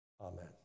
Amen